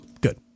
Good